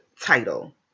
title